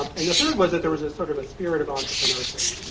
um and the third was that there was a sort of a spirit of entrepreneurship.